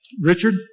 Richard